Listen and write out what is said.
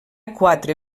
quatre